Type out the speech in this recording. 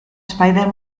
spider